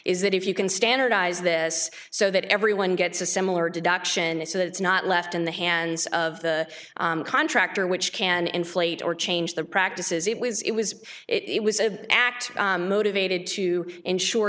is that if you can standardize this so that everyone gets a similar deduction is so that it's not left in the hands of the contractor which can inflate or change the practices it was it was it was a act motivated to ensure